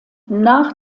nach